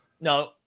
No